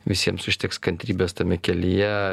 visiems užteks kantrybės tame kelyje